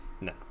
No